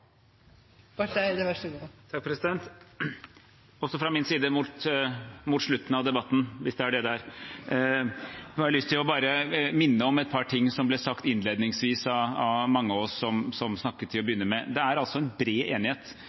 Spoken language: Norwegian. det er – har også jeg lyst til å minne om et par ting som ble sagt innledningsvis av mange av oss som snakket til å begynne med. Det er bred enighet.